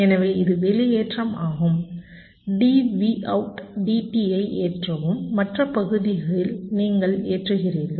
எனவே இது வெளியேற்றம் ஆகும் dVout dt ஐ ஏற்றவும் மற்ற பகுதியில் நீங்கள் ஏற்றுகிறீர்கள்